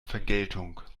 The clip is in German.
vergeltung